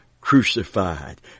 crucified